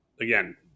again